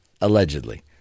Allegedly